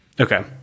Okay